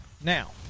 Now